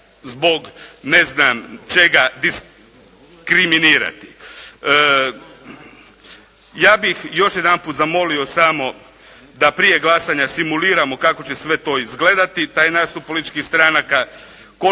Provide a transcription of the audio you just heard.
zbog ne znam čega diskriminirati. Ja bih još jedanput zamolio samo da prije glasanja simuliramo kako će sve to izgledati taj nastup političkih stranaka, koliko